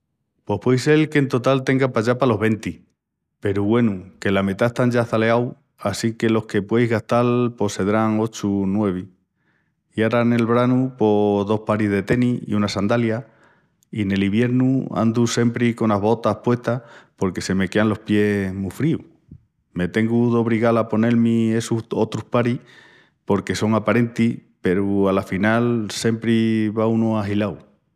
Pos puei sel que en total tenga pallá palos venti peru, güenu, que la metá están ya çaleaus assinque los que pueis gastal pos sedrán ochu o nuevi. I ara nel branu pos dos paris de tenis i unas sandalias. I nel iviernu andu siempri conas botas puestas porque se me quean los pies mu fríus. Me tengu d'obrigal a ponel-mi essus otrus paris porque son aparentis peru afinal siempri va unu ahilau.